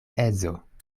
edzo